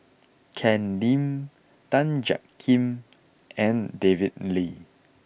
Ken Lim Tan Jiak Kim and David Lee